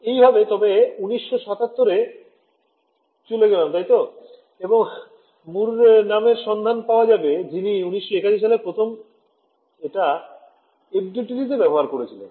এইভাবে তবে ১৯৭৭ এ চলে গেলাম তাই তো এবং Mur নামের সন্ধান পাওয়া যাবে যিনি ১৯৮১ সালে প্রথম এটা FDTD তে ব্যবহার করেছিলেন